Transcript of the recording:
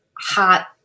hot